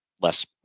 Less